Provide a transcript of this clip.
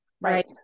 Right